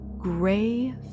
gray